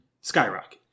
skyrocket